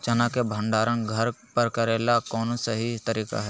चना के भंडारण घर पर करेले कौन सही तरीका है?